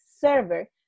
server